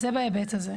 זה בהיבט הזה.